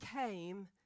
came